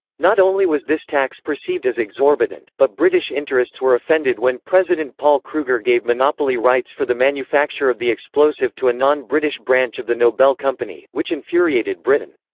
not only was this tax perceived as exorbitant, but british interests were offended when president paul kruger gave monopoly rights for the manufacture of the explosive to a non-british branch of the nobel company, which infuriated britain.